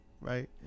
right